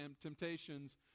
temptations